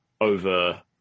over